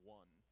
one